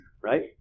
Right